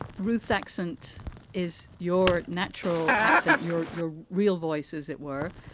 ruth's accent is your natural accent. you're your real voice, as it were.